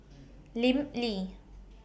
Lim Lee